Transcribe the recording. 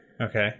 Okay